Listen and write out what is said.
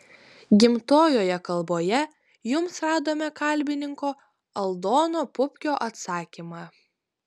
gimtojoje kalboje jums radome kalbininko aldono pupkio atsakymą